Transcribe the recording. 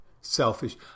selfish